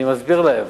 אני מסביר להם,